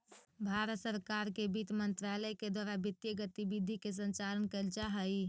भारत सरकार के वित्त मंत्रालय के द्वारा वित्तीय गतिविधि के संचालन कैल जा हइ